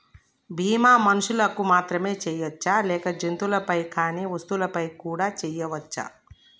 బీమా మనుషులకు మాత్రమే చెయ్యవచ్చా లేక జంతువులపై కానీ వస్తువులపై కూడా చేయ వచ్చా?